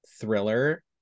thriller